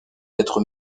d’être